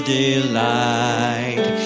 delight